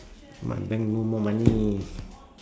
my bank no more money